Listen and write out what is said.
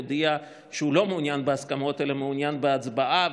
הודיע שהוא לא מעוניין בהסכמות אלא מעוניין בהצבעה.